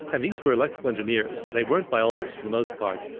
and these were electrical engineers. they weren't biologists, for the most part.